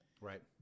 right